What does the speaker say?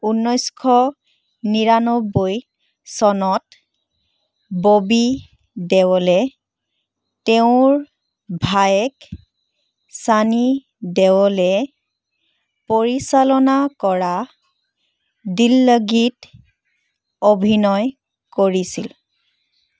ঊনৈছশ নিৰান্নব্বৈ চনত ববি দেওলে তেওঁৰ ভায়েক ছানী দেওলে পৰিচালনা কৰা ডিল লগীত অভিনয় কৰিছিল